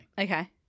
Okay